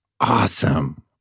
awesome